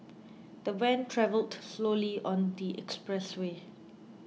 the van travelled slowly on the expressway